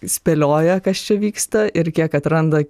spėlioja kas čia vyksta ir kiek atranda